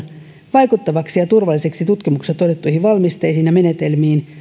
vaikuttaviksi ja turvallisiksi tutkimuksessa todettuihin valmisteisiin ja menetelmiin